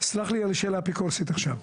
סלח לי על השאלה האפיקורסית עכשיו.